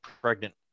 pregnant